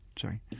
Sorry